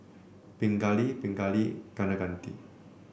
Pingali Pingali Kaneganti